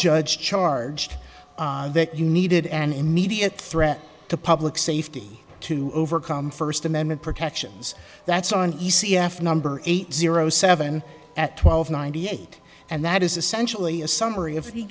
judge charged that you needed an immediate threat to public safety to overcome first amendment protections that's on e c f number eight zero seven at twelve ninety eight and that is essentially a summary if